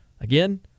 Again